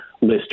list